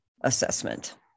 assessment